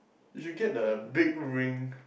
you should get the big ring